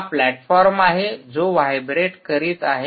हा प्लॅटफॉर्म आहे जो व्हायब्रेट करीत आहे